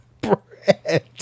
bread